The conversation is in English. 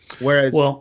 Whereas